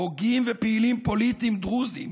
הוגים ופעילים פוליטיים דרוזים